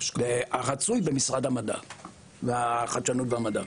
רצוי במשרד החדשנות והמדע.